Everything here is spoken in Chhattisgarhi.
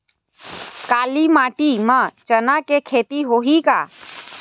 काली माटी म चना के खेती होही का?